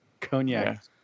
cognac